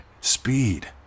Speed